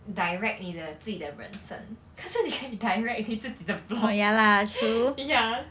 direct 你的自己的人生可是你可以 direct 你自己的 vlog ya